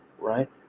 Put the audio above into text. right